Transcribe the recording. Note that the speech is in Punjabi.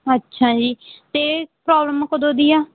ਅੱਛਾ ਜੀ ਅਤੇ ਪ੍ਰੋਬਲਮ ਕਦੋਂ ਦੀ ਆ